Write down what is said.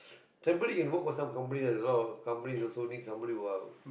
temporary can work for some company there's a lot of company also needs somebody who are